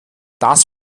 das